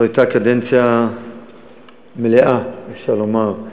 זו הייתה קדנציה מלאה, אפשר לומר,